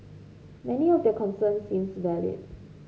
many of their concerns seemed valid